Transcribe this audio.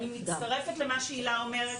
אני מצטרפת למה שהלה אומרת,